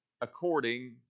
according